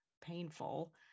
painful